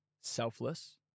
selfless